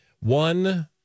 One